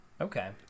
Okay